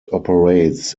operates